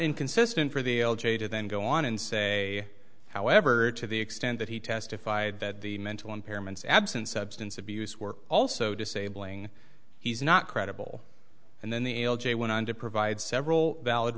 inconsistent for the l g to then go on and say however to the extent that he testified that the mental impairments absence substance abuse were also disabling he's not credible and then the l j went on to provide several valid